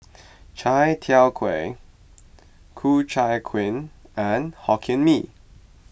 Chai Tow Kuay Ku Chai Kuih and Hokkien Mee